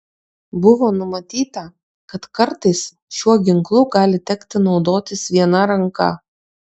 buvo numatyta kad kartais šiuo ginklu gali tekti naudotis viena ranka